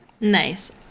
Nice